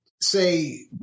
say